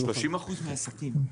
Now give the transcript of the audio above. שלושים אחוז מהעסקים.